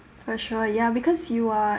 for sure ya because you are